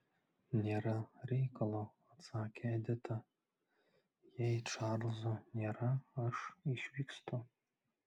nėra reikalo atsakė edita jei čarlzo nėra aš išvykstu